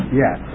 yes